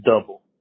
double